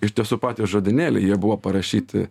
iš tiesų patys žodynėliai jie buvo parašyti